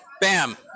Bam